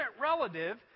relative